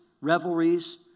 revelries